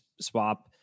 swap